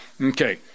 Okay